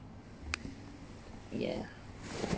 yeah